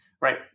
right